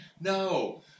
No